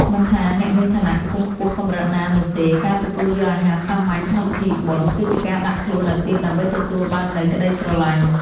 មិនថាអ្នកមានឋានៈខ្ពង់ខ្ពស់កម្រិតណានោះទេ ការទទួលយកអាហារសាមញ្ញក្នុងពិធីបុណ្យ គឺជាការដាក់ខ្លួនឱ្យទាបដើម្បីទទួលបាននូវក្តីស្រឡាញ់។